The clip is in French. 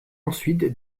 ensuite